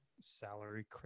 salary